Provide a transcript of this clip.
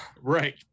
right